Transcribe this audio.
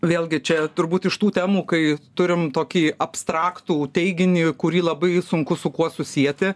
vėlgi čia turbūt iš tų temų kai turim tokį abstraktų teiginį kurį labai sunku su kuo susieti